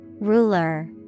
Ruler